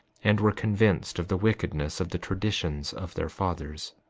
and were convinced of the wickedness of the traditions of their fathers.